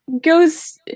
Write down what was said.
goes